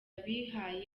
abihaye